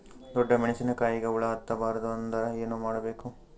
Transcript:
ಡೊಣ್ಣ ಮೆಣಸಿನ ಕಾಯಿಗ ಹುಳ ಹತ್ತ ಬಾರದು ಅಂದರ ಏನ ಮಾಡಬೇಕು?